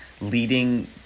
leading